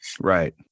Right